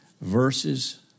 verses